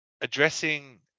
addressing